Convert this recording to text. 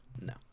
No